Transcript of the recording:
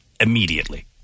immediately